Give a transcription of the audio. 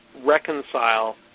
reconcile